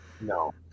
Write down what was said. No